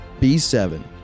B7